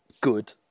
good